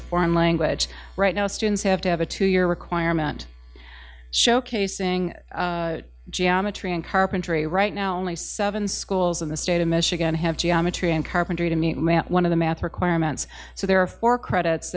a foreign language right now students have to have a two year requirement showcasing geometry and carpentry right now only seven schools in the state of michigan have geometry and carpentry to meet one of the math requirements so there are four credits